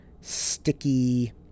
sticky